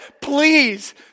please